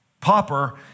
popper